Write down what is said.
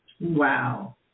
Wow